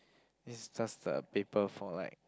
this just the paper for like